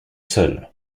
seul